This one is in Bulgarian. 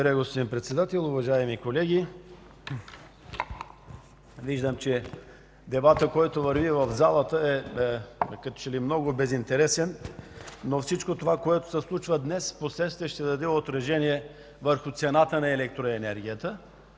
Благодаря, господин Председател. Уважаеми колеги, виждам, че дебатът, който върви в залата, е като че ли много безинтересен, но всичко, което се случва днес, впоследствие ще даде отражение върху цената на електроенергията.